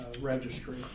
registry